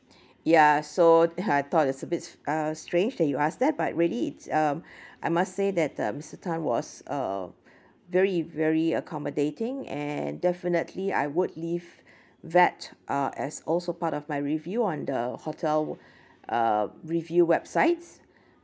ya so I thought it's a bit uh strange that you ask that but really it's um I must say that uh mister tan was a very very accommodating and definitely I would leave that uh as also part of my review on the hotel uh review websites